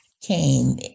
came